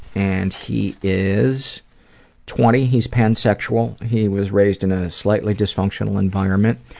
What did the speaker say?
and he is twenty. he's pansexual. he was raised in a slightly dysfunctional environment.